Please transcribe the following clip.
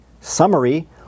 summary